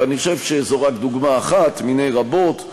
ואני חושב שזו רק דוגמה אחת מני רבות.